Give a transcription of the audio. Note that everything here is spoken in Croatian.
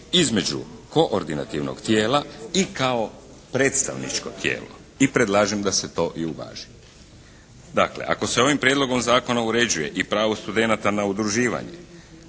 između koordinativnog tijela i kao predstavničko tijelo i predlažem da se to i uvaži. Dakle ako se ovim prijedlogom zakona uređuje i pravo studenata na udruživanje,